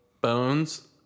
Bones